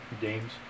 Games